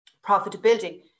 Profitability